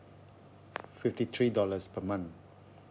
fifty three dollars per month